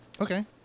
Okay